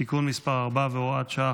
(תיקון מס' 4 והוראת שעה,